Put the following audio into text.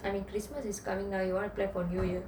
I mean christmas is coming now you want to plan for new year